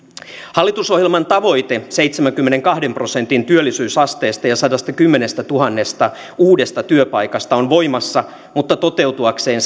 hallitusohjelman tavoite seitsemänkymmenenkahden prosentin työllisyysasteesta ja ja sadastakymmenestätuhannesta uudesta työpaikasta on voimassa mutta toteutuakseen